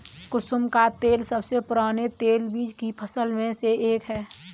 कुसुम का तेल सबसे पुराने तेलबीज की फसल में से एक है